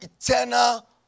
eternal